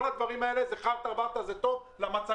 כל הדברים האלה זה חרטה ברטה, זה טוב למצגות.